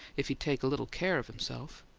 if he'd take a little care of himself.